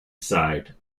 side